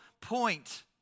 point